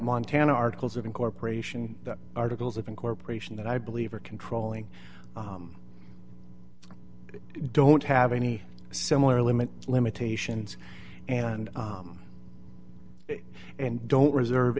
montana articles of incorporation the articles of incorporation that i believe are controlling don't have any similar limit limitations and and don't reserve